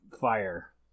fire